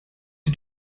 die